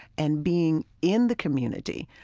and being in the community,